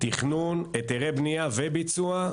תכנון היתרי בנייה וביצוע,